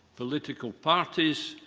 political parties,